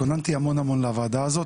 התכוננתי המון המון לוועדה הזאת,